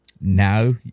now